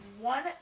one